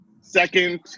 second